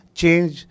change